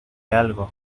algo